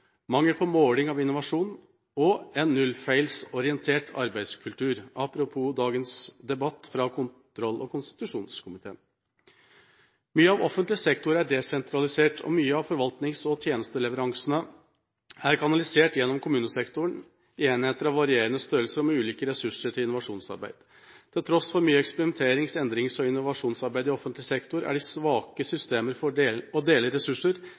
mangel på måling av innovasjon og en nullfeilorientert arbeidskultur – apropos dagens debatt fra kontroll- og konstitusjonskomiteen. Mye av offentlig sektor er desentralisert, og mye av forvaltnings- og tjenesteleveransen er kanalisert gjennom kommunesektoren, i enheter av varierende størrelse og med ulike ressurser til innovasjonsarbeid. Til tross for mye eksperimenterings-, endrings- og innovasjonsarbeid i offentlig sektor er det svake systemer for å dele ressurser, spre forsøksresultater bredere og bringe forsøk over i